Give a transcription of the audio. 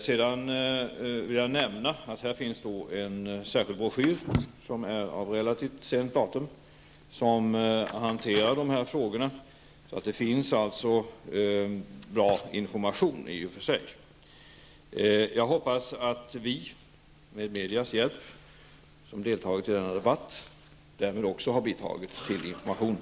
Sedan vill jag nämna att det finns en särskild broschyr av relativt sent datum. Där berörs de här frågorna. Det finns alltså i och för sig bra information. Jag hoppas att vi som har deltagit i den här debatten, med hjälp av media, därmed också har bidragit till informationen.